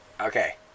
Okay